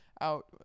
out